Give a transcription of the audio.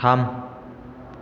थाम